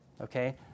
okay